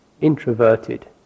introverted